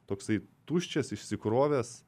toksai tuščias išsikrovęs